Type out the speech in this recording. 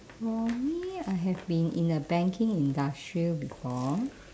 for me I have been in a banking industry before